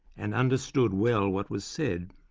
and understood well what was said.